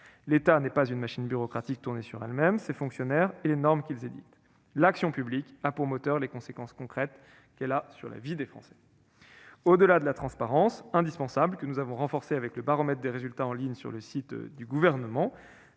L'État n'est pas une machine bureaucratique tournée sur elle-même, sur ses fonctionnaires et sur les normes qu'ils édictent. L'action publique a pour moteur les conséquences concrètes qu'elle a sur la vie des Français. Au-delà de l'indispensable transparence, que nous avons renforcée le baromètre des résultats de l'action publique en ligne sur le site du Gouvernement,